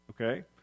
Okay